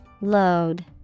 Load